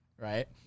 Right